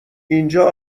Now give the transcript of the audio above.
اینجا